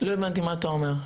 לא הבנתי מה אתה אומר.